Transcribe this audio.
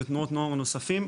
זה תנועות נוער נוספות.